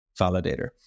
validator